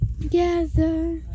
together